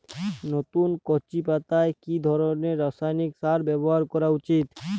নতুন কচি পাতায় কি ধরণের রাসায়নিক সার ব্যবহার করা উচিৎ?